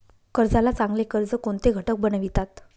कर्जाला चांगले कर्ज कोणते घटक बनवितात?